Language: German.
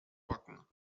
backen